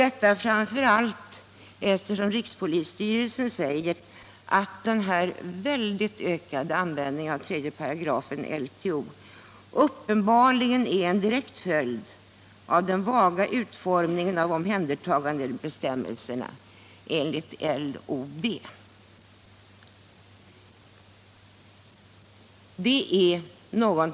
Detta framför allt eftersom rikspolisstyrelsen säger att den starkt ökade användningen av 3 § LTO uppenbarligen är en direkt följd av den vaga utformningen av omhändertagandebestämmelserna enligt LOB.